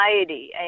anxiety